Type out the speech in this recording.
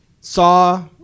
saw